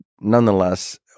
nonetheless